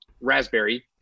raspberry